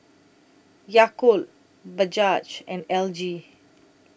Yakult Bajaj and L G